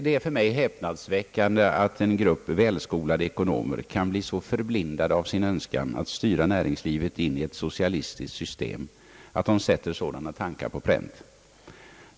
Det är för mig häpnadsväckande att en grupp välskolade ekonomer kan så förblindas av sin önskan att styra näringslivet in i ett socialistiskt system, att man sätter sådana tankar på pränt.